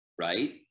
right